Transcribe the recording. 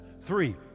Three